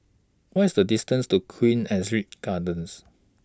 What IS The distance to Queen Astrid Gardens